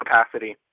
capacity